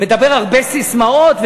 מדבר בהרבה ססמאות,